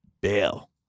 BAIL